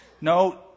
No